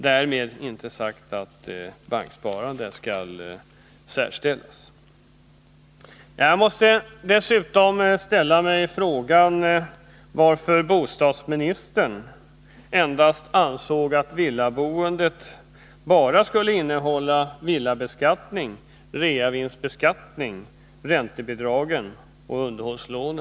Därmed inte sagt att banksparandet skall särställas. Jag måste dessutom ställa mig frågan varför bostadsministern endast ansåg att förslaget kring villaboendet skulle innehålla villabeskattning, reavinstbeskattning, räntebidrag och underhållslån.